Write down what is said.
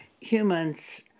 humans